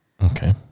Okay